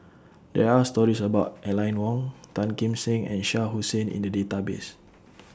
There Are stories about Aline Wong Tan Kim Seng and Shah Hussain in The Database